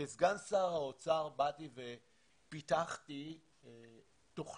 כסגן שר האוצר באתי ופיתחתי תוכנית